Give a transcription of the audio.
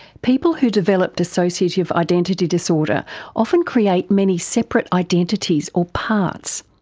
people who develop dissociative identity disorder often create many separate identities or parts,